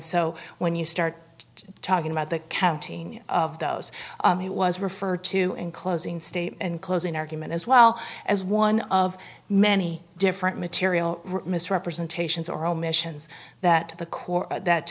so when you start talking about the counting of those he was referred to in closing state and closing argument as well as one of many different material misrepresentations or omissions that the